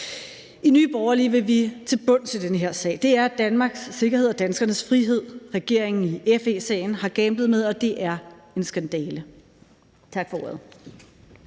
I Nye Borgerlige vil vi til bunds i den her sag. Det er Danmarks sikkerhed og danskernes frihed, regeringen i FE-sagen har gamblet med, og det er en skandale. Tak for ordet.